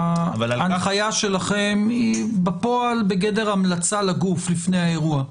ההנחיה שלכם היא בפועל בגדר המלצה לגוף לפני האירוע.